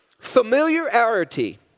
Familiarity